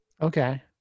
Okay